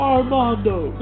Armando